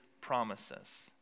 promises